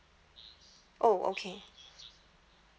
oh okay